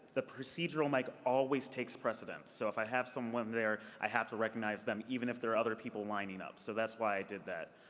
the procedural mic always takes president. so if i have someone there, i have to recognize them, even if there are other people lining up. so that's why i did that.